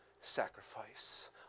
sacrifice